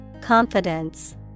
Confidence